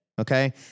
Okay